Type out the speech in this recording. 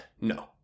no